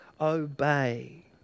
obey